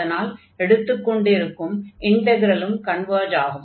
அதனால் எடுத்துக் கொண்டிருக்கும் இன்டக்ரலும் கன்வர்ஜ் ஆகும்